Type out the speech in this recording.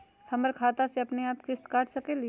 हमर खाता से अपनेआप किस्त काट सकेली?